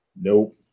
Nope